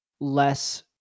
less